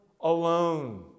alone